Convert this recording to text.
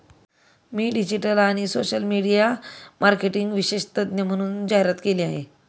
मी digital आणि social media marketing विशेषज्ञ म्हणून जाहिरात केली आहे